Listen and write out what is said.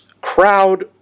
crowd